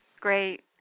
great